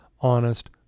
honest